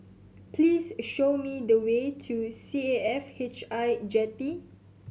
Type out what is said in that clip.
please show me the way to C A F H I Jetty